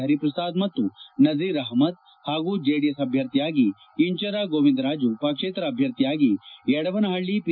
ಹರಿಪ್ರಸಾದ್ ಮತ್ತು ನಸೀರ್ ಅಹ್ಮದ್ ಹಾಗೂ ಜೆಡಿಎಸ್ ಅಭ್ಯರ್ಥಿಯಾಗಿ ಇಂಚರ ಗೋವಿಂದರಾಜು ಪಕ್ಷೇತರ ಅಭ್ಯರ್ಥಿಯಾಗಿ ಯಡವನಹಳ್ಳಿ ಪಿ